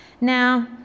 Now